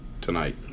tonight